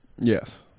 Yes